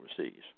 overseas